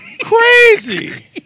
Crazy